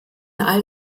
all